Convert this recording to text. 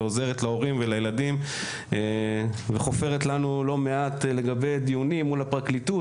עוזרת להורים ולילדים וחופרת לנו לא מעט לגבי דיונים מול הפרקליטות,